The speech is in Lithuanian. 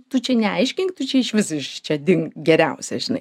tu čia neaiškink tu čia išvis iš čia dink geriausia žinai